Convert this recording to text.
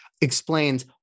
explains